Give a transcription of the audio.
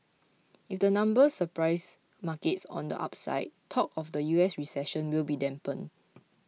if the numbers surprise markets on the upside talk of a U S recession will be dampened